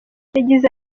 yagize